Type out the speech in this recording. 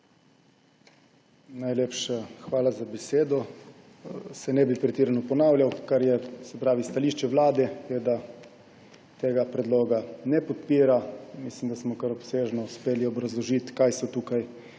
Najlepša hvala za besedo. Ne bi se pretirano ponavljal. Stališče Vlade je, da tega predloga ne podpira. Mislim, da smo kar obsežno uspeli obrazložiti, kaj so tukaj